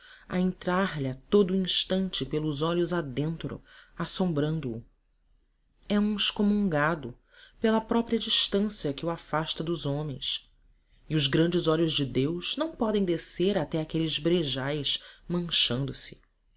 a entrar-lhe a todo o instante pelos olhos adentro assombrando o é um excomungado pela própria distância que o afasta dos homens e os grandes olhos de deus não podem descer até àqueles brejais manchando se